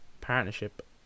partnership